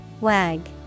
Wag